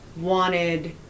wanted